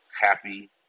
Happy